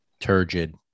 Turgid